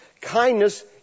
Kindness